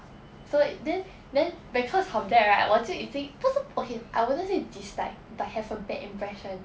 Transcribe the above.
所以 then then because of that right 我就已经不是 okay I wouldn't say dislike but have a bad impression